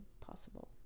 possible